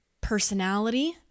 personality